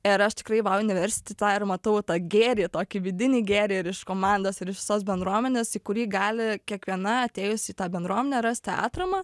ir aš tikrai vau universiti tą ir matau tą gėrį tokį vidinį gėrį ir iš komandos ir iš visos bendruomenės į kurį gali kiekviena atėjusi į tą bendruomenę rasti atramą